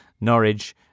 Norwich